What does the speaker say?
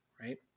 right